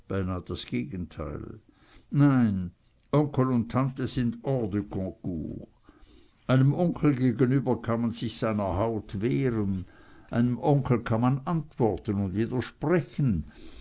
beinah das gegenteil nein onkel und tante sind hors de concours einem onkel gegenüber kann man sich seiner haut wehren einem onkel kann man antworten und